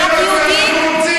זה מה שאנחנו רוצים,